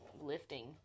lifting